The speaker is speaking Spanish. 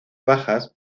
bajas